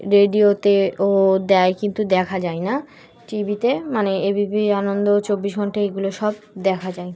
রেডিওতে ও দেয় কিন্তু দেখা যায় না টিভিতে মানে এবিপি আনন্দ চব্বিশ ঘন্টা এগুলো সব দেখা যায়